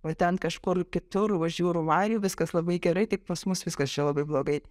va ten kažkur kitur už jūrų marių viskas labai gerai tik pas mus viskas čia labai blogai